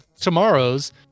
tomorrows